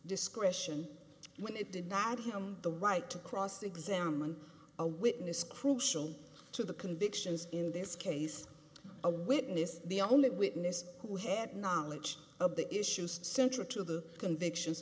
discretion when it did not him the right to cross examine a witness crucial to the convictions in this case a witness the only witness who had knowledge of the issues central to the convictions